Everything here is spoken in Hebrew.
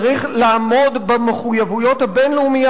צריך לעמוד במחויבויות הבין-לאומיות,